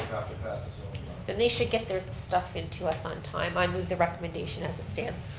happening. then they should get their stuff into us on time. i move the recommendation as it stands.